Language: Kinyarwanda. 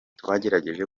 twagerageje